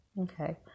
Okay